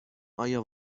آیا